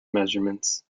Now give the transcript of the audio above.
measurements